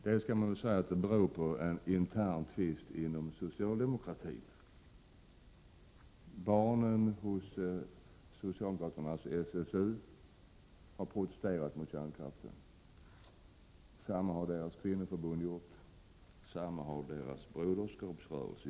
Man kan säga att den bl.a. beror på en intern tvist inom socialdemokratin. Barnen hos socialdemokraterna, SSU, har protesterat mot kärnkraften. Detsamma har kvinnoförbundet och broderskapsrörelsen gjort. Av den anledningen vågar socialde Prot.